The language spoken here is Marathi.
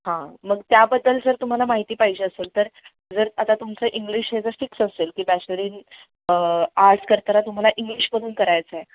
हां मग त्याबद्दल जर तुम्हाला माहिती पाहिजे असेल तर जर आता तुमचं इंग्लिश हे जर फिक्स असेल की बॅचलर इन आट्स करताना तुम्हाला इंग्लिशमधून करायचं आहे